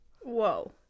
Whoa